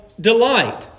delight